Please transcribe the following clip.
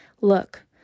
Look